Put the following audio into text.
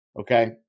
Okay